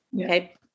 Okay